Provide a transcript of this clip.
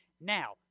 Now